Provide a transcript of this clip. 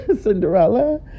Cinderella